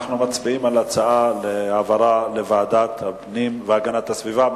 אנחנו מצביעים על ההצעה להעביר לוועדת הפנים והגנת הסביבה,